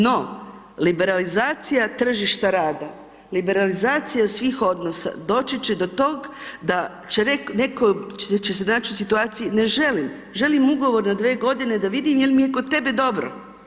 No, liberalizacija tržišta rada, liberalizacija svih odnosa, doći će do toga, da će netko će se naći u situaciji, ne želim, želim ugovor na 2 g. da vidim jel mi je kod tebe dobro.